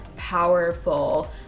powerful